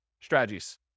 strategies